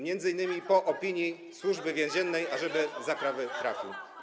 Między innymi po opinii Służby Więziennej, ażeby za kraty trafił.